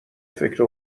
فکر